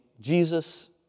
Jesus